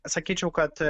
sakyčiau kad